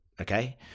okay